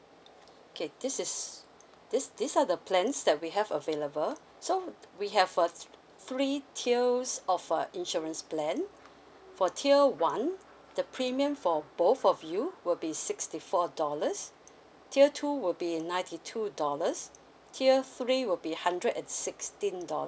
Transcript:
okay this is this this are the plans that we have available so we have a three tiers of a insurance plan for tier one the premium for both of you will be sixty four dollars tier two will be ninety two dollars tier three will be hundred and sixteen dollars